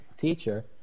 teacher